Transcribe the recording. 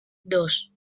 dos